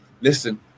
listen